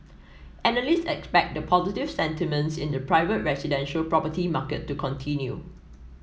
analysts expect the positive sentiments in the private residential property market to continue